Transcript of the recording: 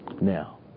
Now